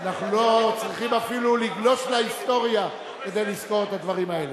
אנחנו לא צריכים אפילו לגלוש להיסטוריה כדי לזכור את הדברים האלה.